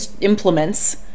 implements